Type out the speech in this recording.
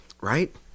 Right